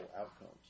outcomes